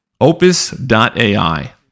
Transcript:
Opus.ai